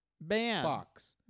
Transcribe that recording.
box